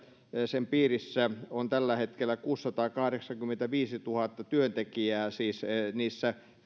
sen piirissä on tällä hetkellä kuusisataakahdeksankymmentäviisituhatta työntekijää siis